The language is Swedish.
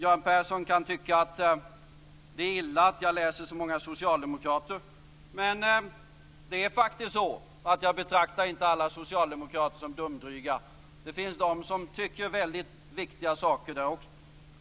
Göran Persson kan tycka att det är illa att jag läser så många socialdemokrater, men jag betraktar faktiskt inte alla socialdemokrater som dumdryga. Det finns de som tycker väldigt viktiga saker där också.